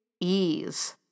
ease